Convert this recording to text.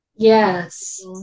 Yes